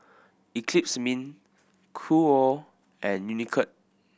Eclipse Min Qoo and Unicurd